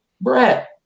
Brett